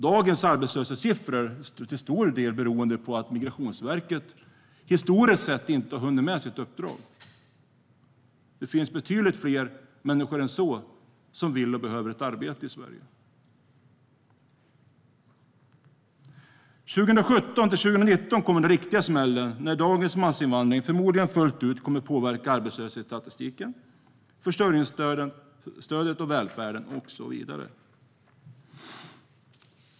Dagens arbetslöshetssiffror beror till stor del på att Migrationsverket inte har hunnit med sitt uppdrag. Det finns betydligt fler människor i Sverige än så som vill ha och behöver ett arbete. Åren 2017-2019 kommer den riktiga smällen, då dagens massinvandring förmodligen fullt ut kommer att påverka arbetslöshetsstatistiken, försörjningsstödet, välfärden och så vidare.